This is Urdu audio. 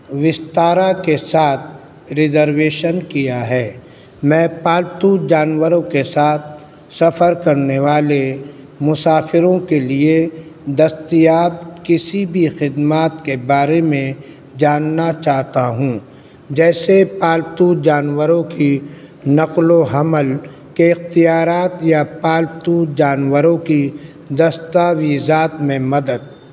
وستارا کے ساتھ ریزرویشن کیا ہے میں پالتو جانوروں کے ساتھ سفر کرنے والے مسافروں کے لیے دستیاب کسی بھی خدمات کے بارے میں جاننا چاہتا ہوں جیسے پالتو جانوروں کی نقل و حمل کے اختیارات یا پالتو جانوروں کی دستاویزات میں مدد